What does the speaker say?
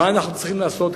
מה אנו צריכים לעשות,